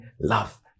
love